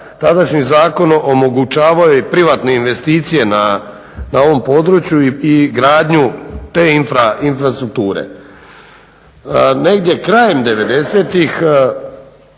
tadašnji zakon omogućavao je i privatne investicije na ovom području i gradnju te infrastrukture. Negdje krajem 90.